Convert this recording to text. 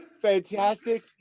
Fantastic